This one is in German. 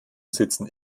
sitzen